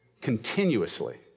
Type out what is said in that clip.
continuously